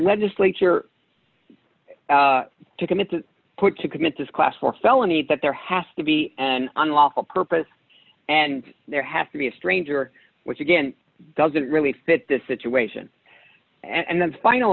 legislature to commit to put to commit this class four felony that there has to be an unlawful purpose and there has to be a stranger which again doesn't really fit the situation and then the final